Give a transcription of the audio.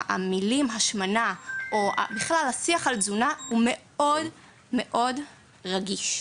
שהמילה "השמנה" ובכלל השיח על תזונה הוא מאוד מאוד רגיש.